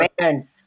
man